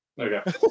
Okay